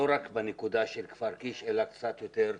לא רק בנקודה של כפר קיש אלא קצת יותר צפונה?